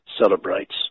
celebrates